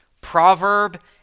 proverb